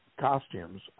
costumes